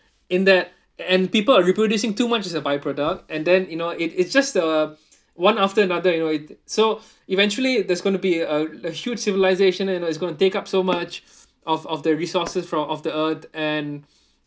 in that and people are reproducing too much as a byproduct and then you know it it just uh one after another you know it so eventually there's going to be a a huge civilisation you know it's gonna take up so much of of the resources from of the earth and